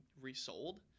resold